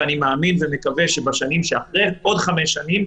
ואני מאמין ומקווה שבעוד חמש שנים,